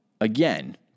again